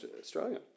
Australia